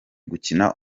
gukina